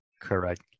Correct